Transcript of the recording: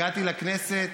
הגעתי לכנסת,